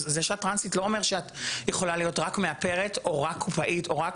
זה שאת טרנסית לא אומר שאת יכולה להיות רק מאפרת או רק קופאית או רק,